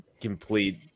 complete